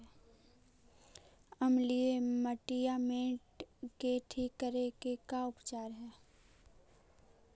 अमलिय मटियामेट के ठिक करे के का उपचार है?